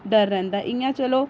डर रैंह्दा ऐ इ'यां चलो